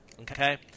Okay